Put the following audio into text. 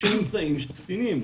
כשנמצאים שם קטינים,